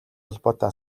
холбоотой